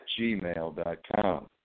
gmail.com